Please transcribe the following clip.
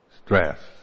stress